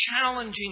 challenging